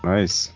Nice